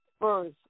first